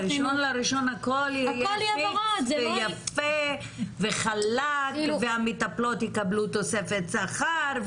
ב-1.1 הכול יהיה פיקס ויפה וחלק והמטפלות יקבלו תוספת שכר.